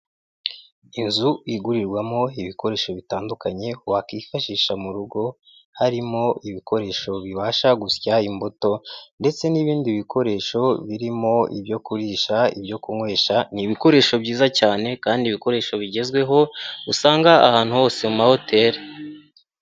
Inzu igurirwamo ibikoresho bitandukanye wakwifashisha mu rugo harimo ibikoresho bibasha gusya imbuto ndetse n'ibindi bikoresho birimo ibyo kurisha, ibyo kunywesha, ni ibikoresho byiza cyane kandi ibikoresho bigezweho usanga ahantu hose mu mahoteri.